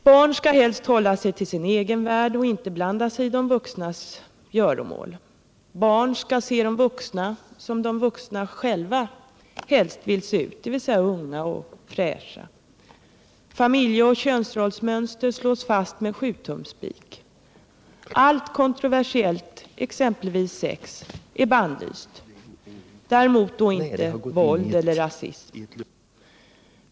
Barn skall hålla sig till sin egen värld och inte blanda sig i de vuxnas göromål. Barn skall se de vuxna som de vuxna själva helst vill se ut, dvs. unga och fräscha. Familjeoch könsrollsmönster slås fast med sjutumsspik. Allt kontroversiellt, exempelvis sex, är bannlyst. Däremot inte våld eller rasism.